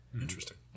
Interesting